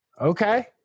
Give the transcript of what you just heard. Okay